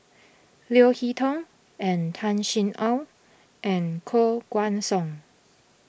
Leo Hee Tong and Tan Sin Aun and Koh Guan Song